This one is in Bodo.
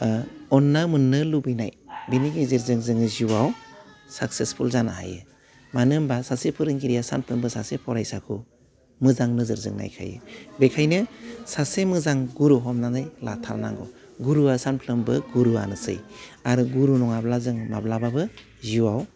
ओह अनना मोननो लुबैनाय बिनि गेजेरजों जोङो जिउआव साखसेसफुल जानो हायो मानो होमबा सासे फोरोंगिरिया सानफ्रोमबो सासे फरायसाखौ मोजां नोजोरजों नायखायो बेखायनो सासे मोजां गुरु हमनानै लाथारनांगौ गुरुआ सानफ्रामबो गुरुआनोसै आरो गुरु नङाब्ला जों माब्लाबाबो जिउआव